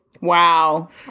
Wow